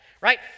right